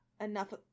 enough